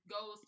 goes